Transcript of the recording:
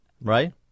Right